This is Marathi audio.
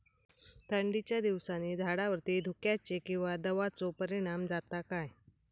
थंडीच्या दिवसानी झाडावरती धुक्याचे किंवा दवाचो परिणाम जाता काय?